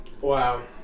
Wow